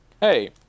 Hey